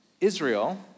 Israel